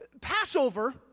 Passover